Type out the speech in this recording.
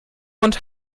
und